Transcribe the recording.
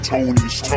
Tony's